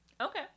okay